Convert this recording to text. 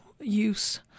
use